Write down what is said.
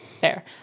Fair